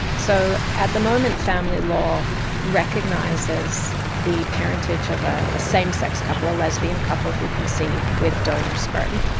so at the moment family law recognises the parentage of ah a same-sex couple, a lesbian couple who conceive with donor sperm,